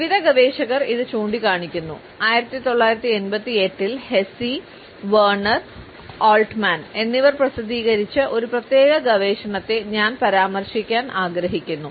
വിവിധ ഗവേഷകർ ഇത് ചൂണ്ടിക്കാണിക്കുന്നു 1988 ൽ ഹെസ്സി വെർണർ ആൾട്ട്മാൻ എന്നിവർ പ്രസിദ്ധീകരിച്ച ഒരു പ്രത്യേക ഗവേഷണത്തെ ഞാൻ പരാമർശിക്കാൻ ആഗ്രഹിക്കുന്നു